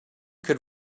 could